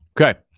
Okay